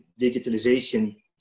digitalization